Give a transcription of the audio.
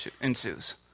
ensues